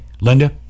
Linda